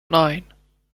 nine